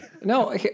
No